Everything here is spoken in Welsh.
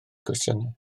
cwestiynau